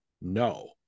No